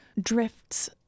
drifts